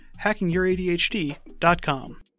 HackingYourADHD.com